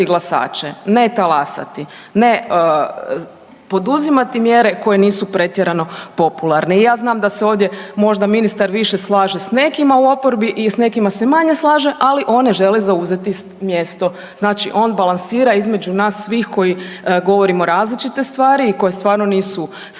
glasače, ne talasati, ne poduzimati mjere koje nisu pretjerano popularne. Ja znam da se ovdje možda ministar više slaže s nekima u oporbi i s nekima se manje slaže, ali on ne želi zauzeti mjesto, znači on balansira između nas svih koji govorimo različite stvari i koje stvarno nisu sinhrone,